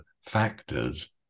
factors